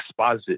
exposit